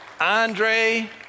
Andre